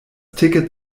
ticket